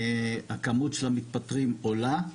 הכמות של המתפטרים עולה.